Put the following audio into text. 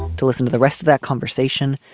to listen to the rest of that conversation,